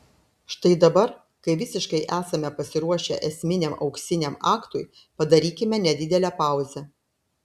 štai dabar kai visiškai esame pasiruošę esminiam auksiniam aktui padarykime nedidelę pauzę